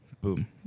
Boom